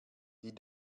die